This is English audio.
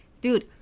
Dude